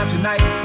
Tonight